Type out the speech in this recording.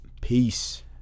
Peace